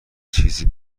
چیزی